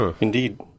indeed